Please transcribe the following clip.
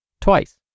twice